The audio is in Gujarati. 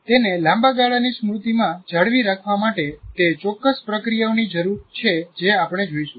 તેને લાંબા ગાળાની સ્મૃતિમાં જાળવી રાખવા માટે તે ચોક્કસ પ્રક્રિયાઓની જરૂર છે જે આપણે જોઈશું